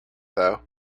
though